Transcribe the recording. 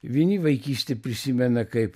vieni vaikystę prisimena kaip